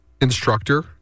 instructor